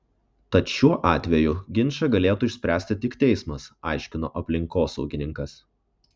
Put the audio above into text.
tad šiuo atveju ginčą galėtų išspręsti tik teismas aiškino aplinkosaugininkas